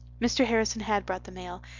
mr. harrison had brought the mail,